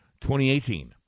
2018